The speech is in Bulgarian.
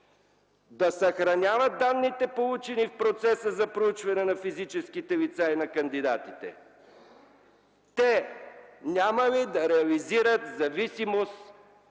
да съхраняват данните, получени в процеса за проучване на физическите лица и на кандидатите, те няма ли да реализират зависимост,